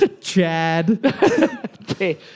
Chad